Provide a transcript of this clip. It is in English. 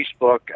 Facebook